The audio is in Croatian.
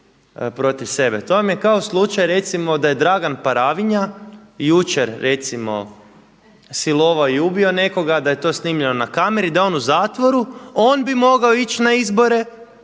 protiv sebe. To vam je kao slučaj recimo da je Dragan Paravinja jučer recimo silovao i ubio nekoga, da je to snimljeno na kameri, da je on u zatvoru, on bi mogao ići na izbore